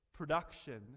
production